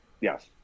yes